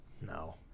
No